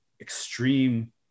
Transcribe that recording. extreme